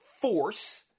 force